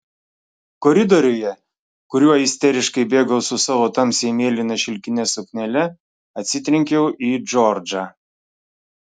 koridoriuje kuriuo isteriškai bėgau su savo tamsiai mėlyna šilkine suknele atsitrenkiau į džordžą